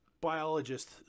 biologist